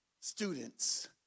students